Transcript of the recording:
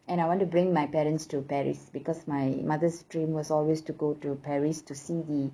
and I want to bring my parents to paris because my mother's dream was always to go to paris to see the